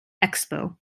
expo